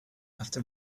after